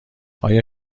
آیا